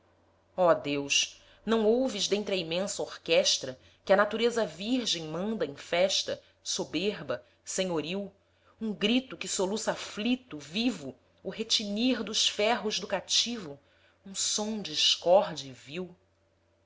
deus não ouves dentre a imensa orquesta que a natureza virgem manda em festa soberba senhoril um grito que soluça aflito vivo o retinir dos ferros do cativo um som discorde e vil